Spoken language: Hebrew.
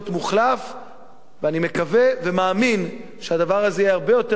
ואני מקווה ומאמין שהדבר הזה יהיה הרבה יותר מוקדם ממאוחר.